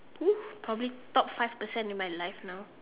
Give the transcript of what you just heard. !woo! probably top five percent in my life now